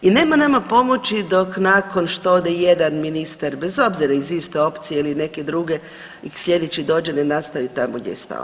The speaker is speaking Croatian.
I nema nama pomoći dok nakon što ode jedan ministar bez obzira iz iste opcije ili neke druge, sljedeći dođe ne nastavi tamo gdje je stao.